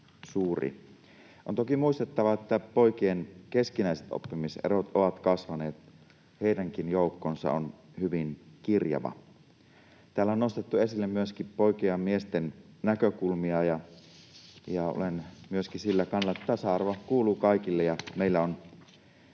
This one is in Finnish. On toki muistettava, että poikien keskinäiset oppimiserot ovat kasvaneet. Heidänkin joukkonsa on hyvin kirjava. Täällä on nostettu esille myöskin poikien ja miesten näkökulmia, ja olen myöskin sillä kannalla, että tasa-arvo kuuluu kaikille